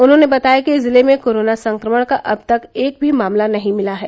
उन्होंने बताया कि जिले में कोरोना संक्रमण का अब तक एक भी मामला नहीं मिला है